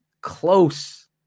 close